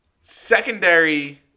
secondary